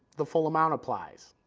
the full amount applies.